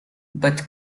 but